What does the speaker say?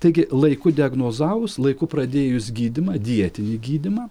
taigi laiku diagnozavus laiku pradėjus gydymą dietinį gydymą